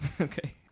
Okay